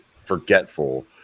forgetful